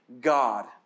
God